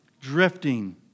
drifting